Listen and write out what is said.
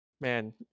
Man